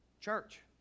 church